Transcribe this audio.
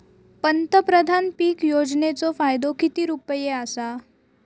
पंतप्रधान पीक योजनेचो फायदो किती रुपये आसा?